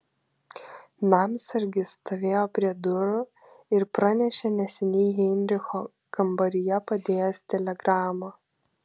namsargis stovėjo prie durų ir pranešė neseniai heinricho kambaryje padėjęs telegramą